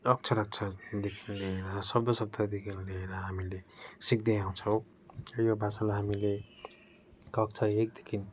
अक्षर अक्षरदेखि लिएर शब्द शब्ददेखि लिएर हामीले सिक्दै आउँछौँ यो भाषालाई हामीले कक्षा एकदेखि